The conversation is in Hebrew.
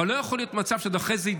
אבל לא יכול להיות מצב שזה יידחה.